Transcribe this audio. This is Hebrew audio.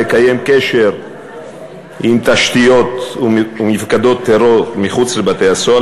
לקיים קשר עם תשתיות ומפקדות טרור מחוץ לבית-הסוהר,